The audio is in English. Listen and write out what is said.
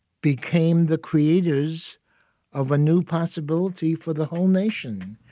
became the creators of a new possibility for the whole nation.